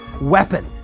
weapon